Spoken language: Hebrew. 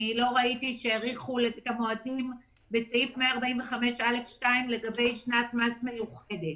אני לא ראיתי שהאריכו את המועדים בסעיף 145(א)(2) לגבי שנת מס מיוחדת.